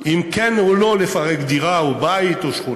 אם כן או לא לפרק דירה או בית או שכונה.